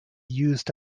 used